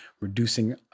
reducing